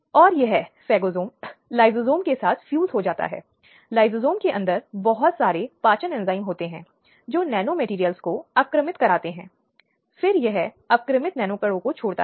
इसलिए किसी भी समय किसी भी मौलिक अधिकारों के उल्लंघन के लिए इन संवैधानिक न्यायालयों में जा सकते हैं और जैसा कि हमने देखा है कई बार मुआवजे के अधिकार को जीवन के अधिकार के हिस्से के रूप में पढ़ा गया है